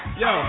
yo